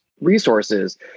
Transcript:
resources